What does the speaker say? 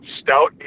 stout